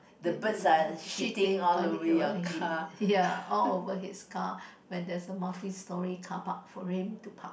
shitting on it yeah all over his car when there's a multi storey carpark for him to park